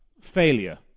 failure